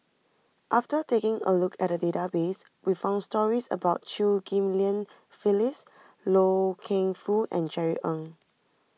after taking a look at the database we found stories about Chew Ghim Lian Phyllis Loy Keng Foo and Jerry Ng